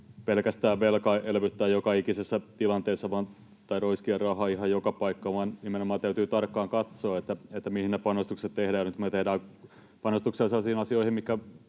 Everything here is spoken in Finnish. pelkästään velkaelvyttää joka ikisessä tilanteessa tai roiskia rahaa ihan joka paikkaan, vaan nimenomaan täytyy tarkkaan katsoa, mihin ne panostukset tehdään nyt, kun me tehdään panostuksia sellaisiin asioihin,